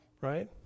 right